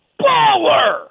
Baller